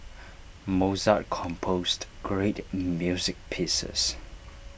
Mozart composed great music pieces